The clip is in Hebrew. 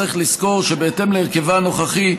צריך לזכור כי בהתאם להרכבה הנוכחי,